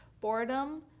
boredom